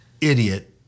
idiot